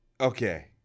Okay